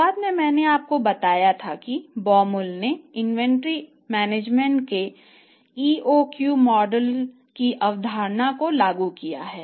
शुरुआत में मैंने आपको बताया था कि Baumol ने इन्वेंटरी मैनेजमेंट के EOQ मॉडल की अवधारणा को लागू किया है